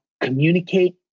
Communicate